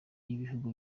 y’ibihugu